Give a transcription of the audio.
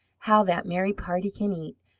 how that merry party can eat!